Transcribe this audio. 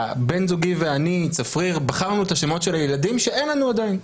בן זוגי צפריר ואני בחרנו את השמות של הילדים שאין לנו עדיין.